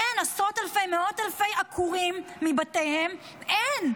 אין, עשרות אלפי, מאות אלפי עקורים מבתיהם, אין.